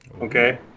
okay